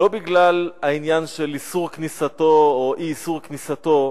לא בגלל העניין של איסור כניסתו או אי-איסור כניסתו,